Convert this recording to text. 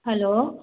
hello